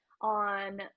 on